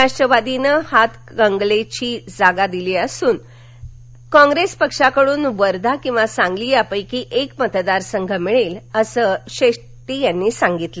राष्ट्रवादीनं हातकंगलेची जागा दिली असून काँग्रेस पक्षाकडून वर्धा किंवा सांगली यापैकी एक मतदार संघ मिळेल असं शेट्टी यांनी सांगितल